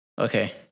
Okay